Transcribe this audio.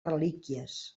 relíquies